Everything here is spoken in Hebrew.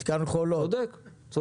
צודק, צודק.